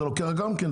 זה גם לוקח זמן,